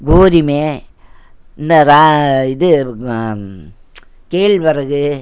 பூரிமே இந்த ரா இது ம கேழ்வரகு